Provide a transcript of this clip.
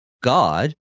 God